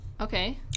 Okay